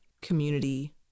community